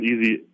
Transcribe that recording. easy